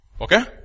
Okay